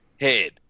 head